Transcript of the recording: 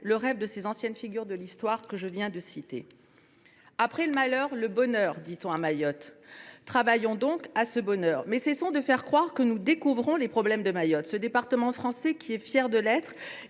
le rêve des figures historiques que je viens d’évoquer. « Après le malheur, le bonheur », dit on à Mayotte. Travaillons donc à ce bonheur, mais cessons de faire croire que nous découvrons les problèmes de Mayotte. Ce département est français et fier de l’être.